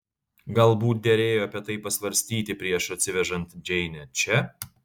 galbūt derėjo apie tai pasvarstyti prieš atsivežant džeinę čia